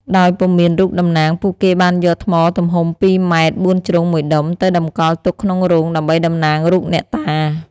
ដោយពុំមានរូបតំណាងពួកគេបានយកថ្មទំហំ ២ ម៉ែត្របួនជ្រុងមួយដុំ ទៅតម្កល់ទុកក្នុងរោងដើម្បីតំណាងរូបអ្នកតា ។